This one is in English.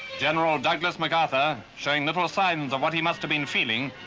general douglas macarthur, showing little signs of what he must have been feeling,